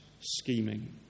scheming